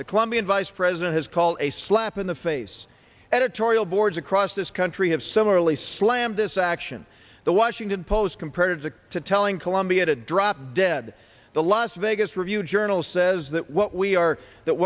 the colombian vice president has called a slap in the face editorial boards across this country have similarly slammed this action the washington post compared to to telling columbia to drop dead the las vegas review journal says that what we are that